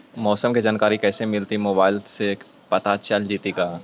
मौसम के जानकारी कैसे मिलतै मोबाईल से पता चल जितै का?